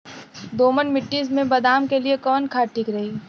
दोमट मिट्टी मे बादाम के लिए कवन खाद ठीक रही?